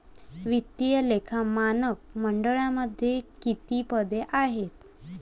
वित्तीय लेखा मानक मंडळामध्ये किती पदे आहेत?